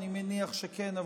אני מניח שכן,